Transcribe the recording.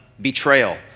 betrayal